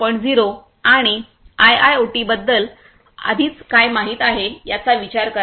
0 आणि आयआयओटीबद्दल आधीच काय माहित आहे याचा विचार करा